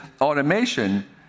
automation